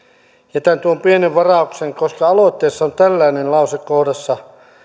jätän tuon pienen varauksen koska aloitteessa on tällainen lause kohdassa